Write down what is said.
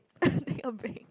take a break